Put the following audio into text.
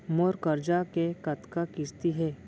मोर करजा के कतका किस्ती हे?